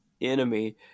enemy